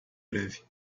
breve